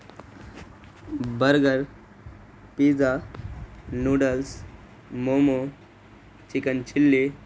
burger pizza noodles momo chicken chilli